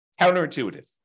Counterintuitive